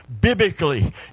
biblically